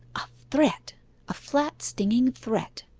a threat a flat stinging threat!